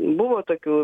buvo tokių